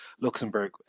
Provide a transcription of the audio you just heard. Luxembourg